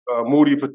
Moody